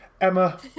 Emma